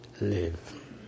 live